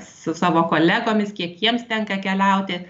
su savo kolegomis kiek jiems tenka keliauti